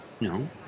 No